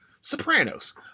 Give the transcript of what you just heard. Sopranos